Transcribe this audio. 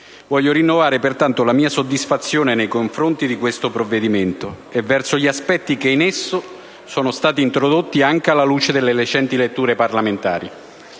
Voglio rinnovare pertanto la mia soddisfazione nei confronti di questo provvedimento e verso gli aspetti che in esso sono stati introdotti anche alla luce delle recenti letture parlamentari.